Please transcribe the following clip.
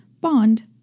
bond